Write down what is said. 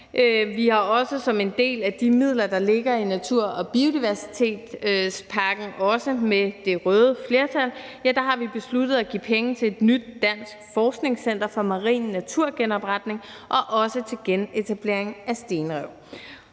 Vi har også som en del af de midler, der ligger i natur- og biodiversitetspakken, også med det røde flertal, besluttet at give penge til et nyt dansk forskningscenter for marin naturgenopretning og også til genetablering af stenrev.